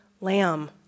lamb